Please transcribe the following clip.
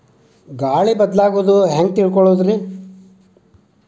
ಗಾಳಿ ಬದಲಾಗೊದು ಹ್ಯಾಂಗ್ ತಿಳ್ಕೋಳೊದ್ರೇ?